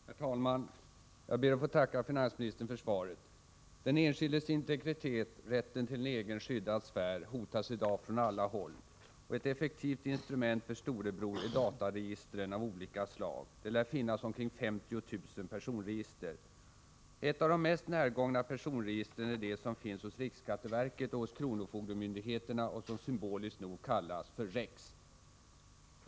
Herr talman! Jag ber att få tacka finansministern för svaret. Den enskildes integritet — rätten till en egen skyddad sfär — hotas i dag från alla håll. Ett effektivt instrument för Storebror är dataregistren av olika slag. Det lär finnas omkring 50 000 personregister. Ett av de mest närgångna personregistren är det som finns hos riksskatteverket och hos kronofogdemyndigheterna och som symboliskt nog kallas för REX.